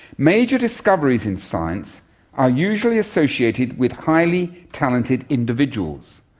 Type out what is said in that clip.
major discoveries in science are usually associated with highly talented individuals,